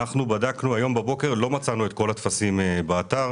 בדקנו היום בבוקר ולא מצאנו את כל הטפסים באתר.